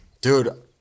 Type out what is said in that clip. dude